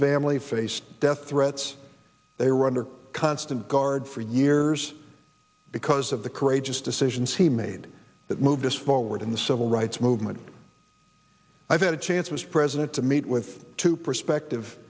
faced death threats they were under constant guard for years because of the courageous decisions he made that move this forward in the civil rights movement i've had a chance as president to meet with two prospective